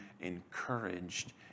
encouraged